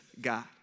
God